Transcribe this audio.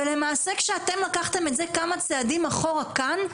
ולמעשה, כשאתם לקחתם את זה כמה צעדים אחורה כאן,